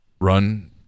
run